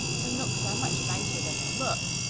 the knooks are much nicer than they look,